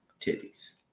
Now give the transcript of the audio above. Titties